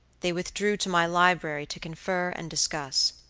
they withdrew to my library to confer and discuss.